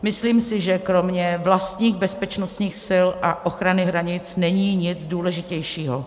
Myslím si, že kromě vlastních bezpečnostních sil a ochrany hranic není nic důležitějšího.